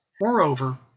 Moreover